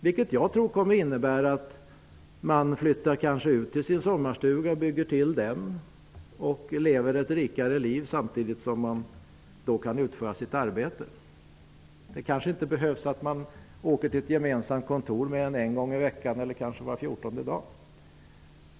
Det innebär i sin tur kanske att man flyttar ut till sin sommarstuga, bygger till den och lever ett rikare liv samtidigt som man kan utföra sitt arbete. Man behöver kanske inte åka till ett gemensamt kontor mer än en gång i veckan eller kanske var fjortonde dag.